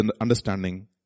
understanding